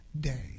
day